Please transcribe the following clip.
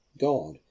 God